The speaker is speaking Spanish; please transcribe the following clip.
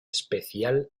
especial